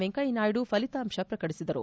ವೆಂಕಯ್ಯನಾಯ್ತು ಫಲಿತಾಂಶ ಪ್ರಕಟಿಸಿದರು